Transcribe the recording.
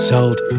Sold